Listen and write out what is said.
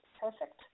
perfect